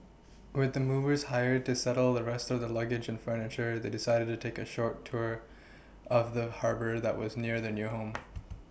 with the movers hired to settle the rest of their luggage and furniture they decided to take a short tour of the Harbour that was near their new home